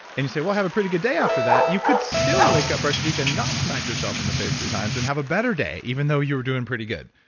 and you say, well i have a pretty good day after that, you could still wake up, brush your teeth, and not smack yourself in the face three times and have a better day, even though you were doing pretty good.